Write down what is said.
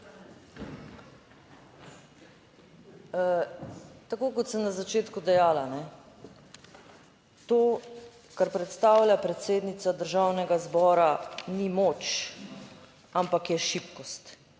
Tako kot sem na začetku dejala, to kar predstavlja predsednica Državnega zbora ni moč, ampak je šibkost.